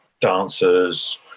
dancers